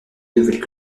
nouvelles